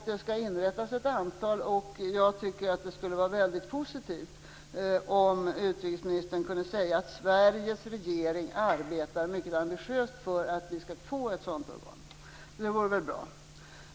Det skall nu inrättas ett antal, och jag tycker att det skulle vara väldigt positivt om utrikesministern kunde säga att Sveriges regering arbetar mycket ambitiöst för att vi skall få ett sådant organ. Det vore väl bra.